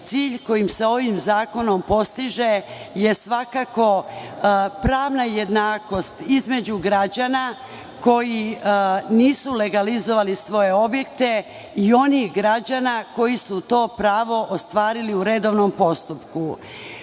cilj kojim se ovim zakonom postiže je svakako pravna jednakost između građana koji nisu legalizovali svoje objekte i onih građana koji su to pravo ostvarili u redovnom postupku.Za